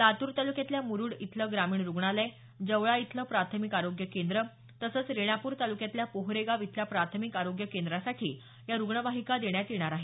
लातूर तालुक्यातल्या मुरुड इथं ग्रामीण रुग्णालय जवळा इथलं प्राथमिक आरोग्य केंद्र तसंच रेणापूर तालुक्यातल्या पोहरेगाव इथल्या प्राथमिक आरोग्य केंद्रासाठी या रुग्णवाहिका देण्यात येणार आहेत